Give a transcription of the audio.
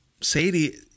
Sadie